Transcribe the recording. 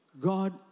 God